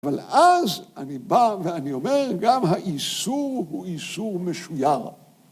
‫אבל אז אני בא ואני אומר, ‫גם האיסור הוא איסור משויר.